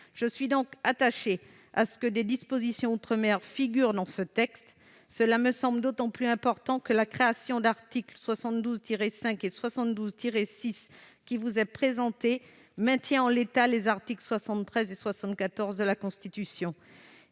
Je suis attachée à ce que des dispositions outre-mer figurent dans ce texte. Cela me semble d'autant plus important que la création des articles 72-5 et 72-6 tend à maintenir en l'état les articles 73 et 74 de la Constitution.